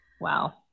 Wow